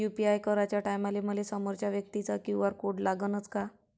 UPI कराच्या टायमाले मले समोरच्या व्यक्तीचा क्यू.आर कोड लागनच का?